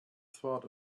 thought